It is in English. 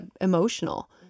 emotional